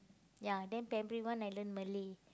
ya then primary one I learn Malay